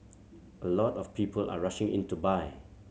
a lot of people are rushing in to buy